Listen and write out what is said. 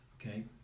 okay